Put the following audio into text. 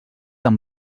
amb